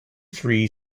three